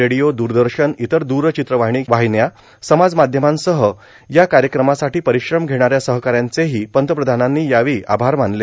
र्रोडओ दूरदशन इतर दूर्राचत्रवाणी वार्गहन्या समाज माध्यमांसह या कायक्रमासाठीं पररश्रम घेणाऱ्या सहकाऱ्यांचेही पंतप्रधानांनी यावेळी आभार मानले